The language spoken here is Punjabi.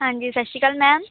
ਹਾਂਜੀ ਸਤਿ ਸ਼੍ਰੀ ਅਕਾਲ ਮੈਮ